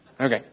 Okay